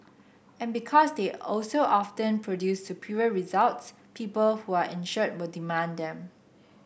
and because they also often produce superior results people who are insured will demand them